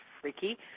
freaky